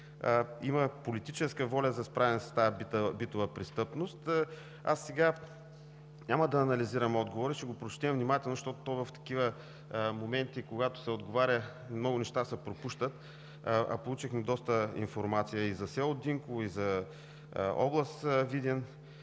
има политическа воля за справяне с битовата престъпност. Сега няма да анализирам отговора, но ще го прочетем внимателно, защото в такива моменти, когато се отговаря, много неща се пропускат, а получихме доста информация и за село Динково, и за област Видин.